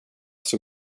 som